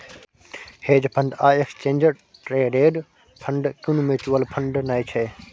hedge fund आ exchange traded fund कुनु mutual fund नै छै